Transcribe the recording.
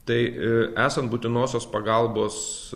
tai esant būtinosios pagalbos